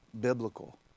biblical